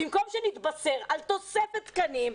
במקום שנתבשר על תוספת תקנים,